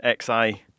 XI